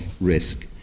risk